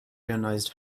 ionized